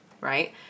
right